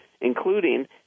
including